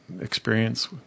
experience